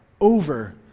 over